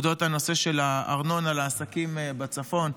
על נושא הארנונה לעסקים בצפון.